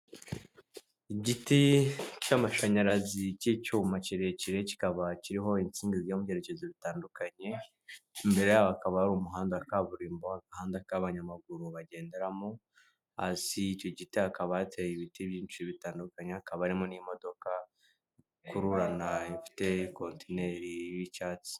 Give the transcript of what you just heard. Igiti cy'amashanyarazi cy'icyuma kirekire kikaba kiriho insinga zijya mu byerekezo bitandukanye, imbere yaho hakaba ari umuhanda kaburimbo agahanda k'abanyamaguru bagenderamo, hasi y'icyo giti ha akaba hateye ibiti byinshi bitandukanye hakaba harimo n'imodoka ikururana ifite kontineri y'icyatsi.